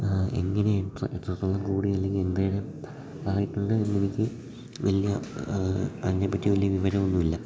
എങ്ങനെ എത്ര എത്രത്തോളം കൂടി അല്ലെങ്കിൽ എന്തെങ്കിലും ആയിട്ടുണ്ട് എന്ന് എനിക്ക് വലിയ അതിനെപ്പറ്റി വലിയ വിവരമൊന്നുമില്ല